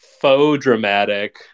faux-dramatic